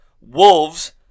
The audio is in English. Wolves